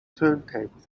turntables